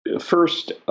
First